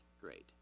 Great